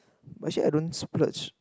but actually I don't splurge